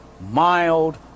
mild